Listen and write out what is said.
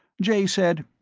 jay said,